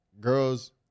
Girls